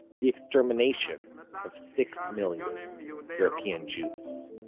the extermination of six million um you know european jews.